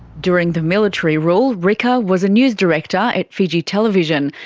during the military rule, rika was a news director at fiji television,